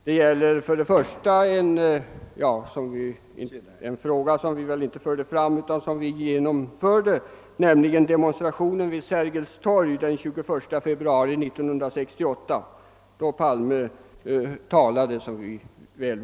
Det gäller först demonstrationen på Sergels torg den 21 februari 1968, då Palme talade, såsom alla vet.